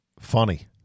funny